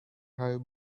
have